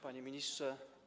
Panie Ministrze!